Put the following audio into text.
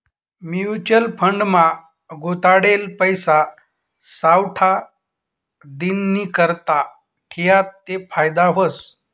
mutual fund मा गुताडेल पैसा सावठा दिननीकरता ठियात ते फायदा व्हस